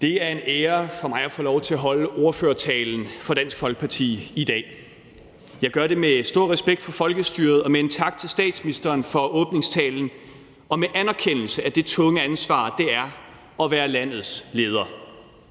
Det er en ære for mig at få lov til at holde ordførertalen for Dansk Folkeparti i dag. Jeg gør det med stor respekt for folkestyret og med en tak til statsministeren for åbningstalen og med anerkendelse af det tunge ansvar, det er at være landets leder.